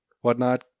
whatnot